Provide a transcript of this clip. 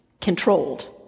controlled